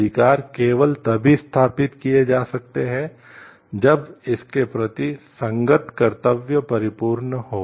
अधिकार केवल तभी स्थापित किए जा सकते हैं जब इसके प्रति संगत कर्तव्य परिपूर्ण हों